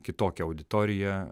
kitokią auditoriją